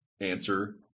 answer